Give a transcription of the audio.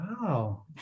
wow